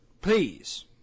Please